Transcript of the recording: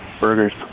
burgers